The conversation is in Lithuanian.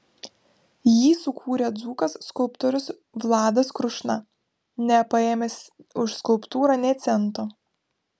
jį sukūrė dzūkas skulptorius vladas krušna nepaėmęs už skulptūrą nė cento